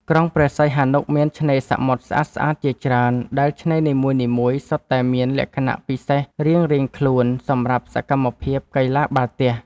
ក្រុងព្រះសីហនុមានឆ្នេរសមុទ្រស្អាតៗជាច្រើន ដែលឆ្នេរនីមួយៗសុទ្ធតែមានលក្ខណៈពិសេសរៀងៗខ្លួនសម្រាប់សកម្មភាពកីឡាបាល់ទះ។